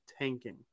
tanking